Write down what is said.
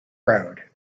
road